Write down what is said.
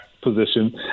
position